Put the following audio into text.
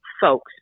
folks